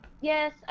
Yes